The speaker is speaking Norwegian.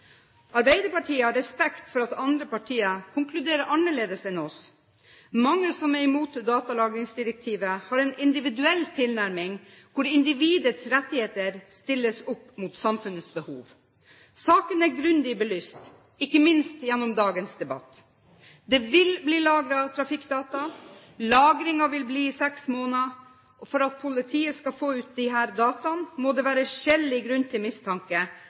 Arbeiderpartiet har respekt for at andre partier konkluderer annerledes enn oss. Mange som er imot datalagringsdirektivet, har en individuell tilnærming hvor individets rettigheter stilles opp mot samfunnets behov. Saken er grundig belyst, ikke minst gjennom dagens debatt. Det vil bli lagret trafikkdata. Lagringen vil bli i seks måneder. For at politiet skal få ut disse dataene, må det være skjellig grunn til mistanke